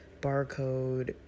barcode